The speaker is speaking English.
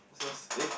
yours eh